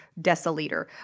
deciliter